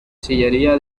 sillería